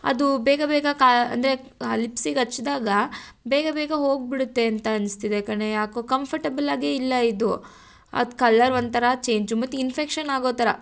ಅದು ಬೇಗ ಬೇಗ ಕಾ ಅಂದರೆ ಆ ಲಿಪ್ಸಿಗೆ ಹಚ್ದಾಗ ಬೇಗ ಬೇಗ ಹೋಗಿಬಿಡತ್ತೆ ಅಂತ ಅನಿಸ್ತಿದೆ ಕಣೇ ಯಾಕೋ ಕಂಫರ್ಟೆಬಲ್ಲಾಗೇ ಇಲ್ಲ ಇದು ಅದು ಕಲ್ಲರ್ ಒಂಥರ ಚೇಂಜು ಮತ್ತೆ ಇನ್ಫೆಕ್ಷನ್ ಆಗೋ ಥರ